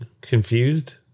confused